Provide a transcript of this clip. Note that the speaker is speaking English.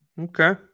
Okay